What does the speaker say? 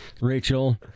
Rachel